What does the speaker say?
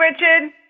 Richard